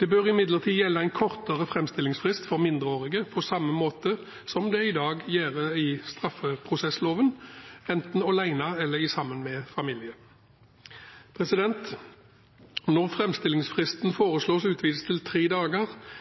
Det bør imidlertid gjelde en kortere framstillingsfrist for mindreårige på samme måte som det i dag gjør i straffeprosessloven, enten alene eller sammen med familie. Når framstillingsfristen foreslås utvidet til tre dager,